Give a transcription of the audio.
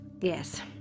Yes